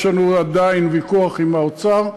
יש לנו עדיין ויכוח עם האוצר.